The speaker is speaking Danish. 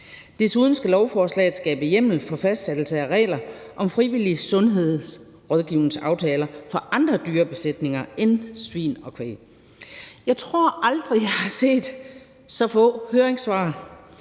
Desuden skal lovforslaget skabe hjemmel til fastsættelse af regler om frivillige sundhedsrådgivningsaftaler for andre dyrebesætninger end svin og kvæg. Jeg tror aldrig, at jeg har set så få høringssvar